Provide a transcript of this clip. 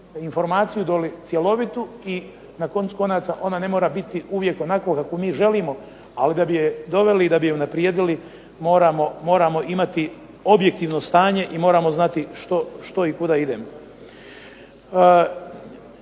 informaciju doli cjelovitu. I na koncu konaca ona ne mora biti uvijek onako kako mi želimo, ali da bi je doveli i da bi je unaprijedili moramo imati objektivno stanje i moramo znati što i kuda idemo.